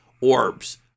orbs